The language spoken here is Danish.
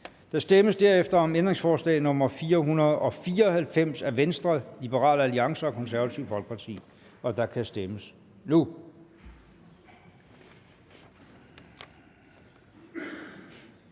Der stemmes herefter om ændringsforslag nr. 494 af Venstre, Liberal Alliance og Det Konservative Folkeparti, og der kan stemmes nu.